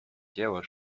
dzieło